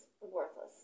worthless